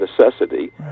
necessity